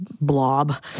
blob